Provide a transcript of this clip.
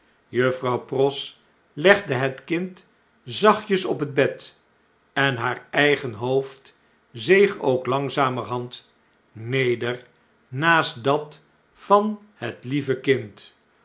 juffrouw pross legde het kind zachtjes op het bed en haar eigen hoofd zeeg ook langzamerhand neder naast dat van het lieve kind